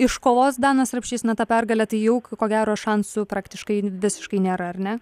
iškovos danas rapšys na tą pergalę tai jau ko gero šansų praktiškai visiškai nėra ar ne